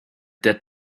that